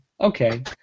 okay